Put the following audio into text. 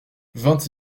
vingt